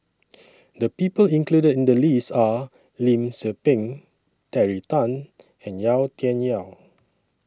The People included in The list Are Lim Tze Peng Terry Tan and Yau Tian Yau